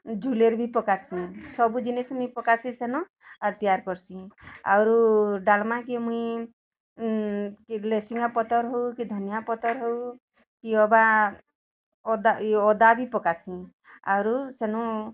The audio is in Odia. ଝୁଲେର୍ ବି ପକାସି ସବୁ ଜିନିଷ୍ ମୁଇଁ ପକାସି ସେନ ଅର୍ ତେୟାର୍ କର୍ସି ଆରୁ ଡ଼ାଲ୍ମା କେ ମୁଇଁ ଲେସୁନା ପତର୍ ହେଉ କି ଧନିଆ ପତର୍ ହେଉ କି ଅବା ଅଦା ଅଦା ବି ପକାସି ଆରୁ ସେନୁ